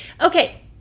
okay